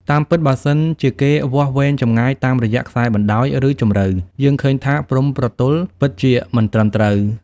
តាមពិតបើសិន ជាគេវាស់វែងចម្ងាយ តាមរយៈខ្សែបណ្តោយ ឬ ជម្រៅ យើងឃើញថា ព្រំប្រទល់ ពិតជាមិនត្រឹមត្រូវ។